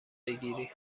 بگیری